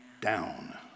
down